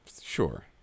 Sure